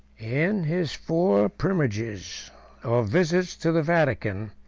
in his four pilgrimages or visits to the vatican,